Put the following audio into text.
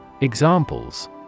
Examples